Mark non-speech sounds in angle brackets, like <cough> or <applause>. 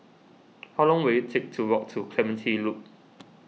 <noise> how long will it take to walk to Clementi Loop